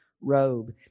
robe